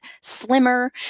slimmer